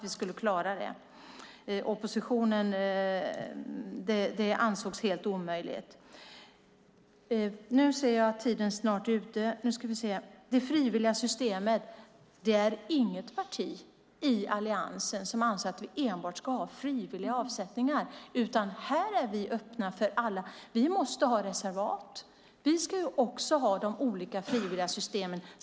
Oppositionen ansåg att det var helt omöjligt. Sedan var det frågan om det frivilliga systemet. Det är inget parti i Alliansen som anser att vi enbart ska ha frivilliga avsättningar. Här är vi öppna för allt. Vi måste ha reservat. Vi ska också ha de olika frivilliga systemen.